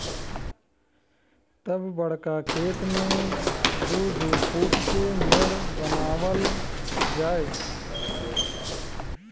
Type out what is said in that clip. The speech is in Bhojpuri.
तब बड़का खेत मे दू दू फूट के मेड़ बनावल जाए